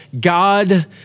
God